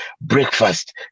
breakfast